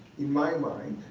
in my mind,